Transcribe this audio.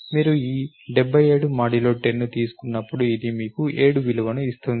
మీరు ఈ 77 10 ని తీసుకున్నప్పుడు ఇది మీకు 7 విలువను ఇస్తుంది